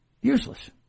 useless